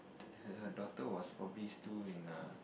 her her daughter was probably still in err